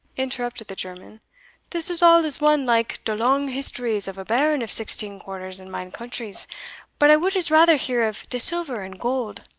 interrupted the german this is all as one like de long histories of a baron of sixteen quarters in mine countries but i would as rather hear of de silver and gold.